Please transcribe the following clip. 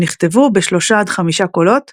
שנכתבו בשלושה עד חמישה קולות